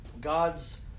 God's